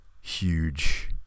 Huge